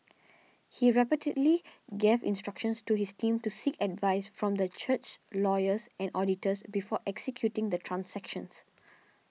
he repeatedly gave instructions to his team to seek advice from the church's lawyers and auditors before executing the transactions